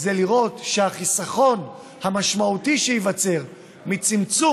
זה לראות שהחיסכון המשמעותי שייווצר מצמצום